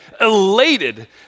elated